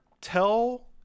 tell